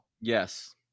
Yes